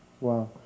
Wow